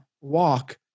walk